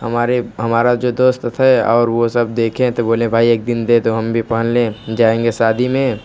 हमारे हमारा जो दोस्त थे और वो सब देखें तो बोले कि भाई एक दिन दे दो हम भी पहन लें जाएंगे शादी में